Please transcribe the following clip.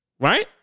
Right